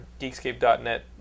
geekscape.net